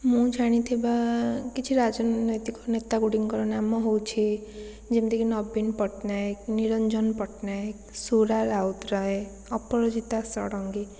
ମୁଁ ଜାଣିଥିବା କିଛି ରାଜନୈତିକ ନେତା ଗୁଡ଼ିଙ୍କର ନାମ ହେଉଛି ଯେମିତିକି ନବୀନ ପଟ୍ଟନାୟକ ନିରଞ୍ଜନ ପଟ୍ଟନାୟକ ସୁର ରାଉତରାୟ ଅପରାଜିତା ଷଡ଼ଙ୍ଗୀ